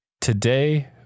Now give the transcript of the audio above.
Today